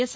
yes